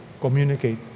communicate